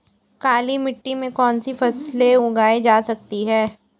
काली मिट्टी में कौनसी फसलें उगाई जा सकती हैं?